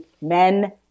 men